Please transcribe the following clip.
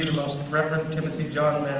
most reverend